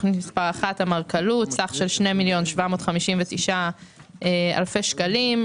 תוכנית מס' 1: אמרכלות, סך של 2,759,000 שקלים.